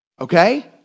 Okay